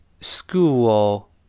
school